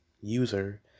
user